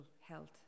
health